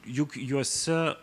juk juose